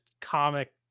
comic